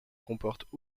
comportent